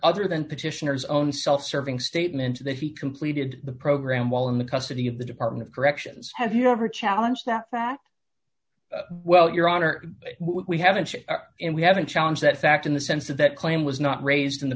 other than petitioners own self serving statement to that he completed the program while in the custody of the department of corrections have you ever challenge that fact well your honor we haven't and we haven't challenge that fact in the sense of that claim was not raised in the